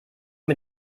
mit